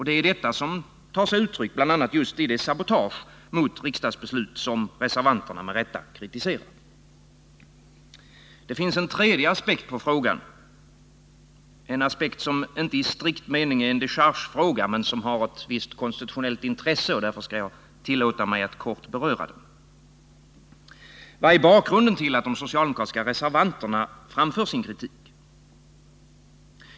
Det är detta som tar sig uttryck bl.a. just i det sabotage mot riksdagsbeslut som reservanterna med rätta kritiserar. Det finns en tredje aspekt på frågan, en aspekt som inte i strikt mening är en dechargefråga men som har ett visst konstitutionellt intresse. Därför skall jag tillåta mig att kort beröra den. Vad är bakgrunden till att de socialdemokratiska reservanterna framför sin kritik?